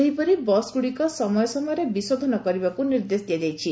ସେହିପରି ବସ୍ଗୁଡ଼ିକ ସମୟ ସମୟରେ ବିଶୋଧନ କରିବାକୁ ନିର୍ଦ୍ଦେଶ ଦିଆଯାଇଛି